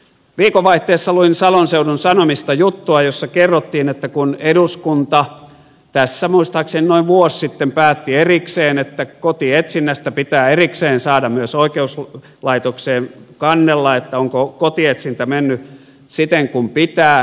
viikonvaihteessa luin salon seudun sanomista juttua jossa kerrottiin siitä kun eduskunta tässä muistaakseni noin vuosi sitten päätti että kotietsinnästä pitää erikseen saada oikeuslaitokseen kannella että onko kotietsintä mennyt siten kuin pitää